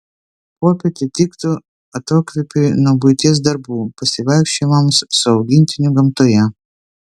popietė tiktų atokvėpiui nuo buities darbų pasivaikščiojimams su augintiniu gamtoje